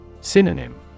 Synonym